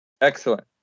Excellent